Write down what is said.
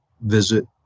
visit